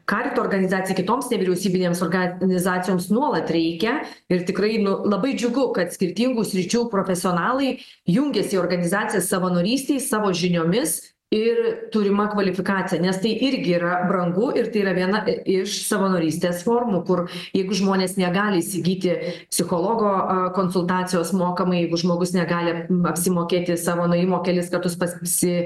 karito organizacijai kitoms nevyriausybinėms organizacijoms nuolat reikia ir tikrai nu labai džiugu kad skirtingų sričių profesionalai jungiasi į organizacijas savanorystei savo žiniomis ir turima kvalifikacija nes tai irgi yra brangu ir tai yra viena iš savanorystės formų kur jeigu žmonės negali įsigyti psichologo konsultacijos mokamai jeigu žmogus negali apsimokėti savo nuėjimo kelis kartus pas psi